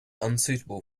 unsuitable